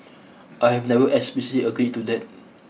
I have never explicitly agreed to that